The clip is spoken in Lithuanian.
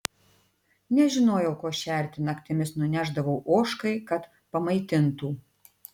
nežinojau kuo šerti naktimis nunešdavau ožkai kad pamaitintų